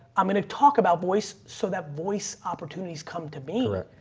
i'm going to talk about voice so that voice opportunities come to me, right?